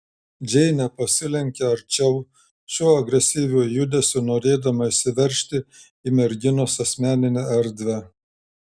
džeinė pasilenkė arčiau šiuo agresyviu judesiu norėdama įsiveržti į merginos asmeninę erdvę